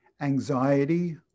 anxiety